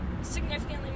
significantly